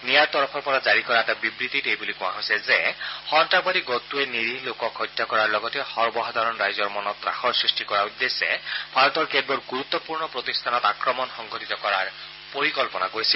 নিয়াৰ তৰফৰ পৰা জাৰি কৰা এটা বিবৃতিত এই বুলি কোৱা হৈছে যে সন্নাসবাদী গোটটোৱে নিৰীহ লোকক হত্যা কৰাৰ লগতে সৰ্বসাধাৰণ ৰাইজৰ মনত ত্ৰাসৰ সৃষ্টি কৰাৰ উদ্দেশ্যে ভাৰতৰ কেতবোৰ গুৰুত্বপূৰ্ণ প্ৰতিষ্ঠানত আক্ৰমণ সংঘটিত কৰাৰ পৰিকল্পনা কৰিছিল